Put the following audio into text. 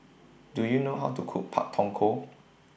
Do YOU know How to Cook Pak Thong Ko